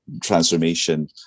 transformation